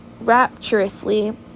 rapturously